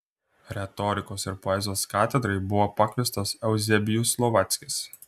retorikos ir poezijos katedrai buvo pakviestas euzebijus slovackis